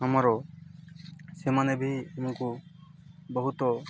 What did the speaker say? ଆମର ସେମାନେ ବି ଆମକୁ ବହୁତ